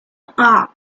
act